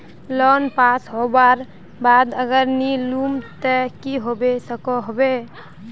Loan pass होबार बाद अगर नी लुम ते की होबे सकोहो होबे?